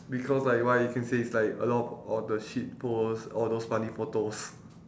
because like why you can say it's like a lot of all the shit posts all those funny photos